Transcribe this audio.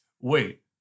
Wait